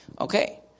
Okay